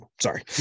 Sorry